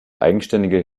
eigenständige